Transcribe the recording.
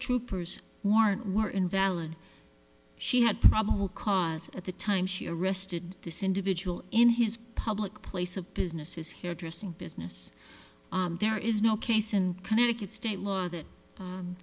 troopers warrant were invalid she had cause at the time she arrested this individual in his public place of business is here dressing business there is no case in connecticut state law that